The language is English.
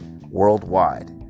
worldwide